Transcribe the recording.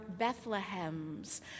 Bethlehems